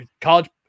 college